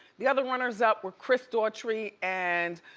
the other runners-up were chris daughtry and,